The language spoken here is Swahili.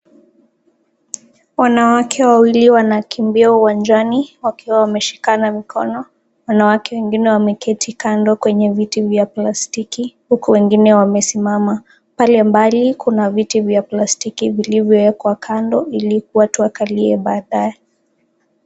Wanawake wawili wanakimbia uwanjani wakiwa wameshikana mikono, wanawake wengine wameketi kando kweneye viti vya plastiki, huku wengine wamesimama pale mbali kuna viti vya plastiki vilivyowekwa kando ili watu wakalie baadae.